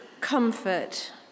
Comfort